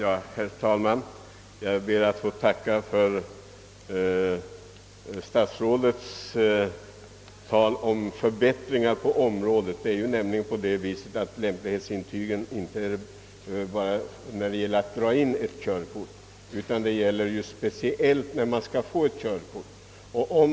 Herr talman! Jag ber att få tacka för vad statsrådet sade om förbättringar på området. Lämplighetsintyget används ju inte bara vid indragning av körkort utan framför allt när körkort skall utfärdas.